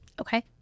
Okay